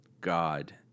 God